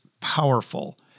powerful